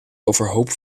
overhoop